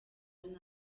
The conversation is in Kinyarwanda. nabi